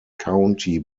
county